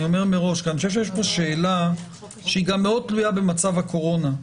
כי יש פה שאלה שמאוד תלויה במצב הקורונה.